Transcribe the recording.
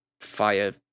fire